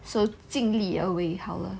so 尽力而为好了